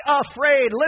afraid